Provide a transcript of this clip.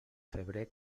febrer